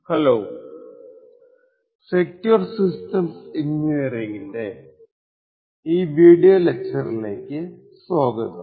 hello secure systems എഞ്ചിനീയറിംഗിന്റെ ഈ video ലെക്ച്ചറിലേക്ക് സ്വാഗതം